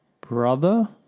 brother